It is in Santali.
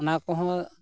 ᱚᱱᱟ ᱠᱚᱦᱚᱸ